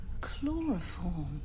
Chloroform